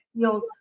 feels